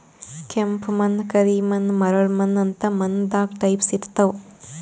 ಕೆಂಪ್ ಮಣ್ಣ್, ಕರಿ ಮಣ್ಣ್, ಮರಳ್ ಮಣ್ಣ್ ಅಂತ್ ಮಣ್ಣ್ ದಾಗ್ ಟೈಪ್ಸ್ ಇರ್ತವ್